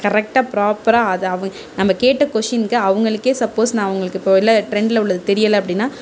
கரெக்டாக ப்ராப்பராக அதை நம்ம கேட்ட கொஷின்னுக்கு அவங்களுக்கே சப்போஸ் நான் அவங்களுக்கு இப்போது ட்ரெண்டில் உள்ளது தெரியலை அப்படின்னா